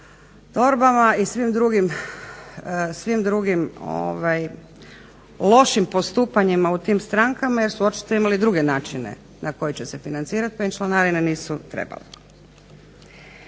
i svim drugim lošim postupanjima u tim strankama jer su očito imali druge načine na koje će se financirati pa im članarine nisu trebale.